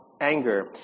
anger